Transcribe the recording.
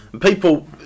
People